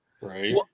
right